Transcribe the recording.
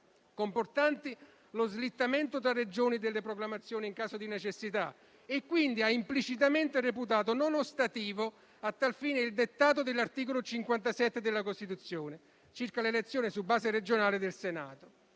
comportanti lo slittamento tra Regioni delle proclamazioni in caso di necessità; quindi, ha implicitamente reputato non ostativo a tal fine il dettato dell'articolo 57 della Costituzione circa l'elezione su base regionale del Senato.